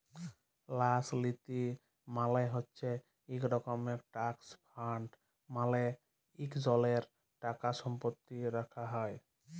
ল্যাস লীতি মালে হছে ইক রকম ট্রাস্ট ফাল্ড মালে ইকজলের টাকাসম্পত্তি রাখ্যা হ্যয়